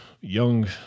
young